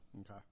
Okay